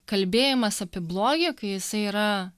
kalbėjimas apie blogį kai jisai yra